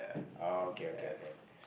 oh okay okay okay